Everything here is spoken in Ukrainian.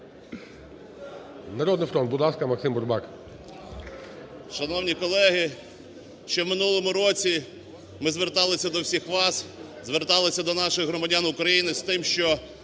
"Народний фронт", будь ласка, Максим Бурбак. 10:05:13 БУРБАК М.Ю. Шановні колеги, ще у минулому році ми зверталися до всіх вас, зверталися до наших громадян України з тим, що